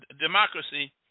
democracy